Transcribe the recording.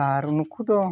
ᱟᱨ ᱱᱩᱠᱩ ᱫᱚ